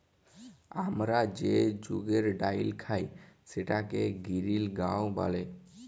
আমরা যে মুগের ডাইল খাই সেটাকে গিরিল গাঁও ব্যলে